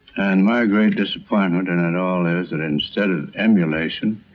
and my great disappointment in it all is and instead of emulation,